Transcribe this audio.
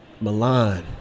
Milan